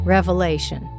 Revelation